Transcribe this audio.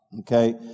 Okay